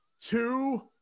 two